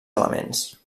elements